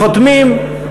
חותמים,